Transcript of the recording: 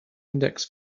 index